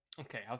okay